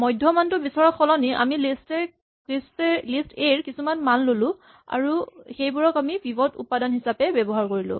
মধ্যামানটো বিচৰাৰ সলনি আমি লিষ্ট এ ৰ কিছুমান মান ল'লো আৰু সেইবোৰক আমি পিভট উপাদান হিচাপে ব্যৱহাৰ কৰিলো